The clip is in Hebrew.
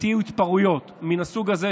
התפרעויות מהסוג הזה,